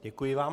Děkuji vám.